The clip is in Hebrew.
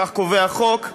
כך קובע החוק,